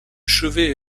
chevet